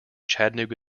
chattanooga